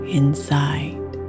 inside